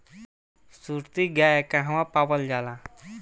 सुरती गाय कहवा पावल जाला?